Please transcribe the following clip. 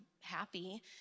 happy